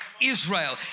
Israel